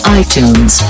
iTunes